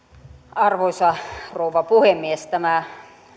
arvoisa rouva puhemies tämä